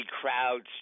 crowds